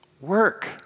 work